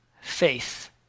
faith